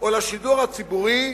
או לשידור הציבורי